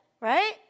right